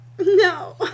No